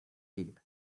deep